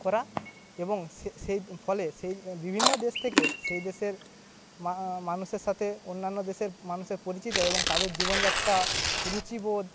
করা এবং সেই সেই ফলে সেই বিভিন্ন দেশ থেকে সেই দেশের মা মানুষের সাথে অন্যান্য দেশের মানুষের পরিচিত এবং তাদের জীবনযাত্রা রুচিবোধ